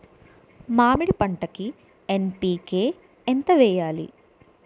మామిడి పంటకి ఎన్.పీ.కే ఎంత వెయ్యాలి?